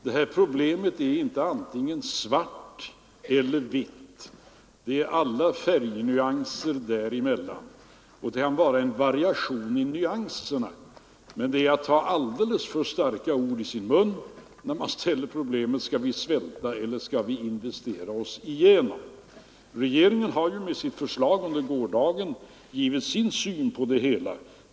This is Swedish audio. Detta problem är inte antingen svart eller vitt, utan det kan ha alla nyanser där emellan. Man tar alldeles för starka ord i sin mun när man ställer problemet som om det antingen gäller att vi skall svälta eller investera oss igenom underskottet. Regeringen har ju med sitt under gårdagen framlagda förslag givit sin syn på det hela.